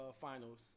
finals